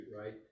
right